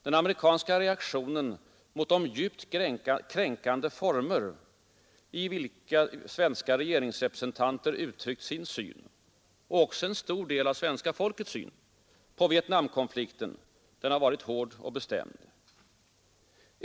Den amerikanska reaktionen mot de djupt kränkande former, i vilka svenska regeringsrepresentanter uttryckt sin syn — och också en stor del av svenska folkets syn — på Vietnamkonflikten, har varit hård och bestämd.